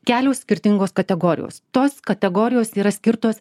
kelios skirtingos kategorijos tos kategorijos yra skirtos